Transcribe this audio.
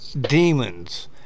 demons